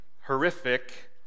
horrific